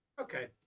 Okay